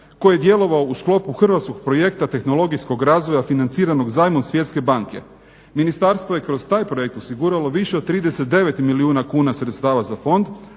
koji je djelovao u sklopu hrvatskog projekta tehnologijskog razvoja financiranog zajmom Svjetske banke. Ministarstvo je kroz taj projekt osiguralo više od 39 milijuna kuna sredstava za fond